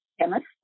chemist